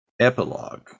Epilogue